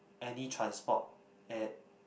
any transport at